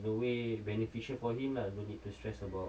the way beneficial for him lah you need to stress world